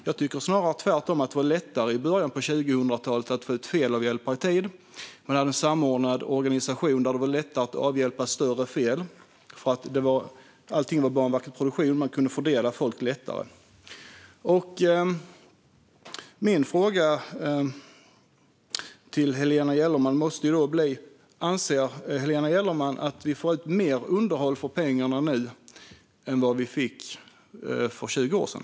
Jag tycker snarare att det tvärtom var lättare i början på 2000-talet att få ut felavhjälpare i tid. Man hade en samordnad organisation, där det var lättare att avhjälpa större fel. Allt var ju i Banverket Produktion, och man kunde fördela folk lättare. Min fråga till Helena Gellerman måste bli: Anser Helena Gellerman att vi får ut mer underhåll för pengarna nu än vad vi fick för 20 år sedan?